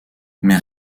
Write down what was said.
mais